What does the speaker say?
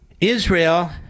Israel